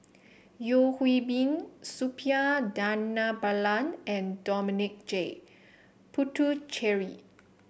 Yeo Hwee Bin Suppiah Dhanabalan and Dominic J Puthucheary